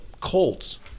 Colts